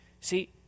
See